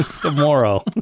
tomorrow